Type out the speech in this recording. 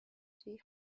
three